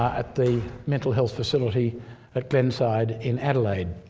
at the mental health facility at glenside in adelaide.